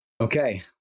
Okay